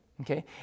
okay